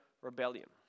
rebellion